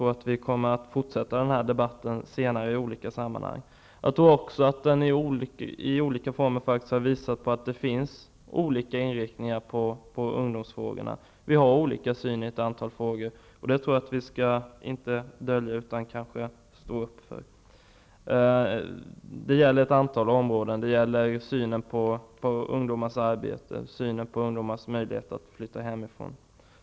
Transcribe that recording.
Vi kommer att fortsätta denna debatt senare i olika sammanhang. Debatten har visat på att det finns olika inriktningar i ungdomsfrågorna. Vi har olika syn i ett antal frågor. Det skall vi inte dölja, utan vi skall stå upp för det. Det gäller ett antal områden, t.ex. synen på ungdomars arbete och på ungdomars möjlighet att flytta hemifrån.